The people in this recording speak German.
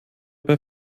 bei